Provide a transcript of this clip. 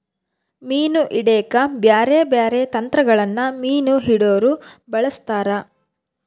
ಮೀನು ಹಿಡೆಕ ಬ್ಯಾರೆ ಬ್ಯಾರೆ ತಂತ್ರಗಳನ್ನ ಮೀನು ಹಿಡೊರು ಬಳಸ್ತಾರ